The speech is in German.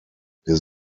wir